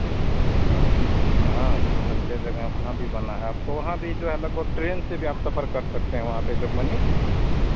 हाँ हाँ बहुत अच्छे जगह वहाँ भी बना है आपको वहाँ भी जो है लगभग ट्रेन से भी आप सफर कर सकते हैं वहाँ पर जोगबनी